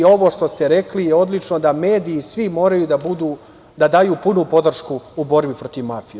Ovo što ste rekli je odlično, da mediji svi moraju da daju punu podršku u borbi protiv mafije.